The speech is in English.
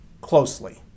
closely